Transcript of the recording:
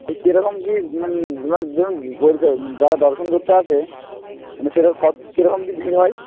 কী রকম কী মানে ধরুন ধরুন বোর্দ যারা দর্শন করতে আসবে মানে সে কী রকম কী ভিড় হয়